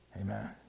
Amen